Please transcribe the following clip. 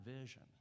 vision